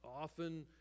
often